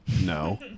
No